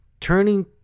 turning